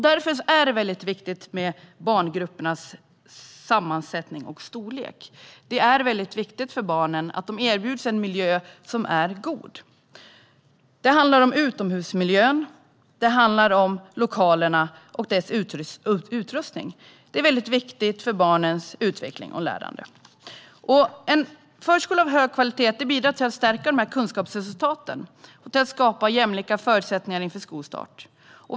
Därför är det väldigt viktigt med barngruppernas sammansättning och storlek. Barnen ska erbjudas en god miljö. Det handlar om utomhusmiljön, lokalerna och lokalernas utrustning. Det är viktigt för barnens utveckling och lärande. En förskola av hög kvalitet bidrar både till att stärka kunskapsresultaten och till att skapa jämlika förutsättningar inför skolstarten.